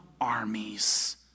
armies